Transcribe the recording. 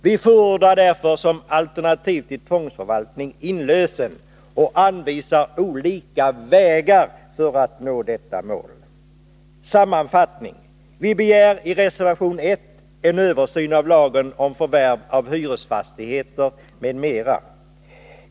Vi förordar därför som alternativ till tvångsförvaltning inlösen och anvisar olika vägar för att nå detta mål. Sammanfattning: Vi begär i reservation 1 en översyn av lagen om förvärv av hyresfastigheter m.m.